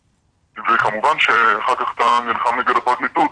כמובן שאחר כך אתה נלחם נגד הפרקליטות,